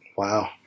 Wow